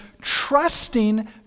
trusting